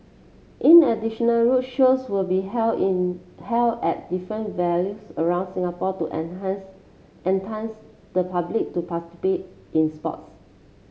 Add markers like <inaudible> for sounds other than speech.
in additional roadshows will be held in held at different venues around Singapore to <unintelligible> entice the public to <unintelligible> in sports